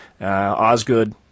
Osgood